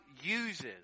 uses